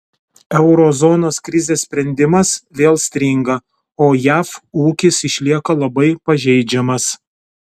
euro zonos krizės sprendimas vėl stringa o jav ūkis išlieka labai pažeidžiamas